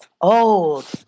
old